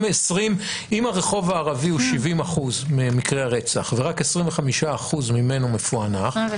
אם הרחוב הערבי הוא 70% ממקרי הרצח ורק 25% ממנו מפוענחים,